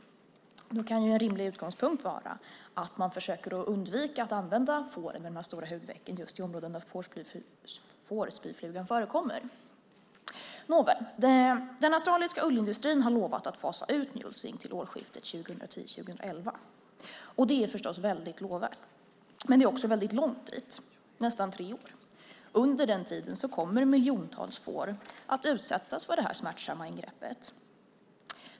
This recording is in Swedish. En rimlig utgångspunkt kan vara att man undviker att använda får med de här stora hudvecken just i områden där fårspyflugan förekommer. Nåväl, den australiska ullindustrin har lovat att fasa ut mulesing till årsskiftet 2010/11. Det är förstås väldigt lovvärt, men det är också väldigt långt dit. Det är nästan tre år. Under den tiden kommer miljontals får att utsättas för det här smärtsamma ingreppet.